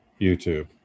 YouTube